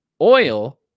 oil